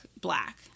black